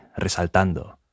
resaltando